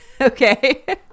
Okay